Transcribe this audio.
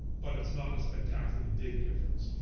but it's not a spectacularly big difference.